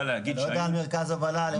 אתה לא יודע על מרכז הובלה על אירוע?